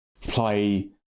play